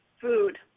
food